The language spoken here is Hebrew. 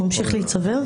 הוא ממשיך להצטבר.